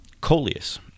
coleus